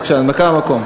בבקשה.